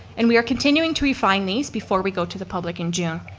and we are continuing to refine these before we go to the public in june.